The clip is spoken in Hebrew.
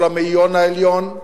או למאיון העליון,